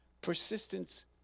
Persistence